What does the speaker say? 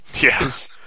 Yes